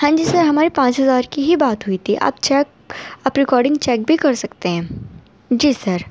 ہاں جی سر ہماری پانچ ہزار کی ہی بات ہوئی تھی آپ چیک آپ ریکارڈنگ چیک بھی کر سکتے ہیں جی سر